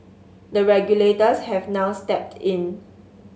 the regulators have now stepped in